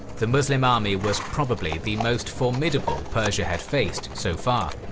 the muslim army was probably the most formidable persia had faced so far.